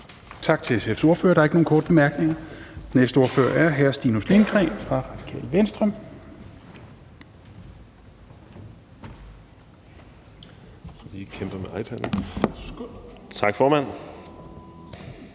Tak til SF's ordfører. Der er ikke nogen korte bemærkninger. Den næste ordfører er hr. Stinus Lindgreen fra Radikale Venstre. Værsgo.